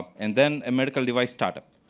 and then a miracle device start-up.